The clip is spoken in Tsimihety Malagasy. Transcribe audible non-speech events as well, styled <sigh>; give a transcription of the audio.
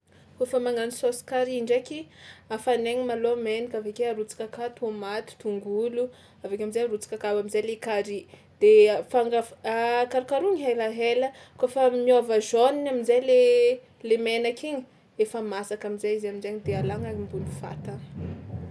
Kaofa magnano saosy carry ndraiky afanaigna malôha menaka avy ake arotsaka aka tômaty, tongolo avy akeo amin-jay arotsaka akao am'zay le carry de a- fanga- f- <hesitation> karokarohigna helahela kaofa miôva jaune am'zay le le menaka igny efa masaka am'zay amin-jainy de alagna ambony fatagna.